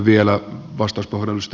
arvoisa puhemies